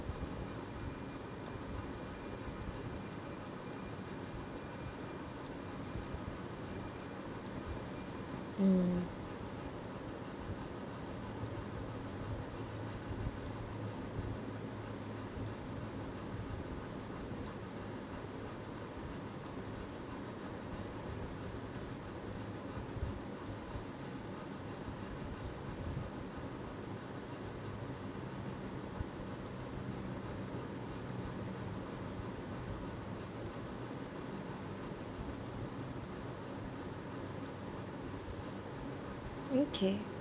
hmm okay